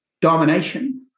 domination